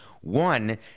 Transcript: One